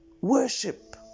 worship